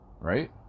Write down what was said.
right